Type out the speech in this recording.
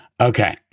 Okay